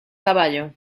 caballo